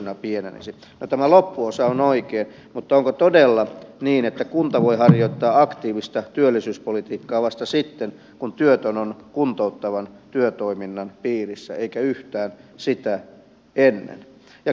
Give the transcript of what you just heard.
no tämä loppuosa on oikein mutta onko todella niin että kunta voi harjoittaa aktiivista työllisyyspolitiikkaa vasta sitten kun työtön on kuntouttavan työtoiminnan piirissä eikä yhtään sitä ennen